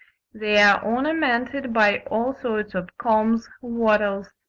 they are ornamented by all sorts of combs, wattles,